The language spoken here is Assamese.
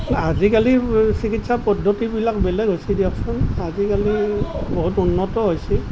আজিকালি চিকিৎসা পদ্ধতিবিলাক বেলেগ হৈছে দিয়কচোন আজিকালি বহুত উন্নত হৈছে